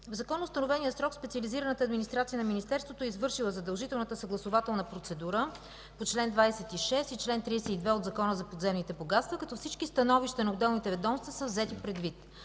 В законоустановения срок специализираната администрация на Министерството е извършила задължителната съгласувателна процедура по чл. 26 и чл. 32 от Закона за подземните богатства, като всички становища на отделните ведомства са взети предвид.